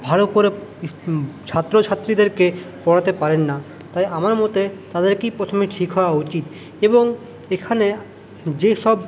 ভালো করে ছাত্রছাত্রীদেরকে পড়াতে পারেন না তাই আমার মতে তাদেরকেই প্রথমে ঠিক হওয়া উচিত এবং এখানে যেসব